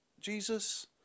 Jesus